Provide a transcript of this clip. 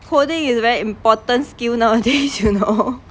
coding is very important skill nowadays you know